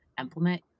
implement